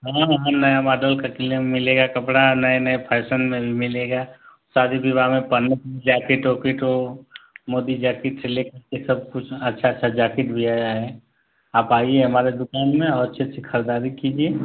हाँ हाँ नया माडल में मिलेगा कपड़ा नए नए फ़ैसन में भी मिलेगा शादी विवाह में पहनने के लिए जैकेट वैकेट वो मोदी जैकेट से लेकर सब कुछ अच्छा अच्छा जैकेट भी आया है आप आइए हमारी दुकान में और अच्छी अच्छी खरीददारी कीजिए